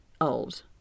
old